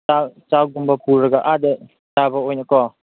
ꯆꯥꯛ ꯆꯥꯛꯀꯨꯝꯕ ꯄꯨꯔꯒ ꯑꯥꯗ ꯆꯥꯕ ꯑꯣꯏꯅꯀꯣ